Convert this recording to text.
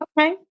Okay